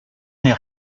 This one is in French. n’est